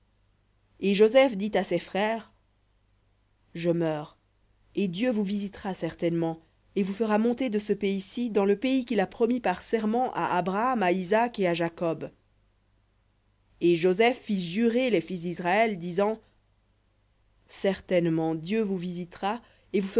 et joseph dit à ses frères je meurs et dieu vous visitera certainement et vous fera monter de ce pays-ci dans le pays qu'il a promis par serment à abraham à isaac et à jacob et joseph fit jurer les fils d'israël disant certainement dieu vous visitera et vous